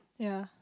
ya